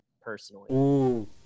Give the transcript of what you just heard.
personally